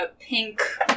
pink